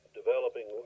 developing